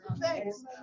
thanks